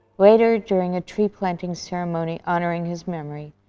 later, during a tree planting ceremony honoring his memory,